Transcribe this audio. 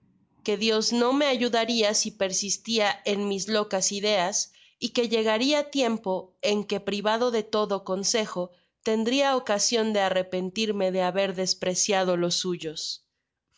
que dios no me ayudaría si persistía en mis locas ideas y que llegar ia tiempo en que privado de todo consejo tendria ocasion de arrepentirme de haber despreciado los suyos